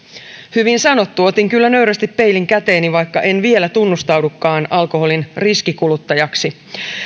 hyvin sanottu otin kyllä nöyrästi peilin käteeni vaikka en vielä tunnustaudukaan alkoholin riskikuluttajaksi